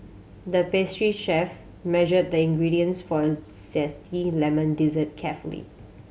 the pastry chef measured the ingredients for a zesty lemon dessert carefully